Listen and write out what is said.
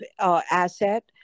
asset